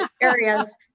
areas